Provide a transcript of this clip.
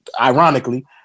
ironically